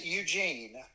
Eugene